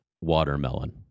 watermelon